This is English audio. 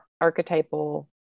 archetypal